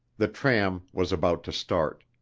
the tram was about to start.